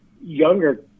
younger